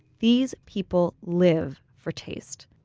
these people live for taste.